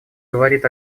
говорит